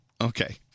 Okay